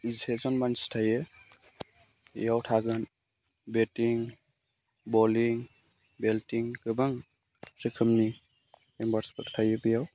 जिसेजन मानसि थायो बेयाव थागोन बेटिं बलिं फिल्डिं गोबां रोखोमनि मेम्बार्सफोर थायो बेयाव